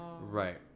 right